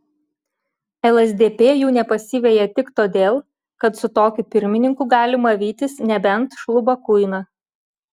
lsdp jų nepasiveja tik todėl kad su tokiu pirmininku galima vytis nebent šlubą kuiną